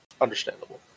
Understandable